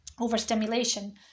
overstimulation